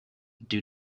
due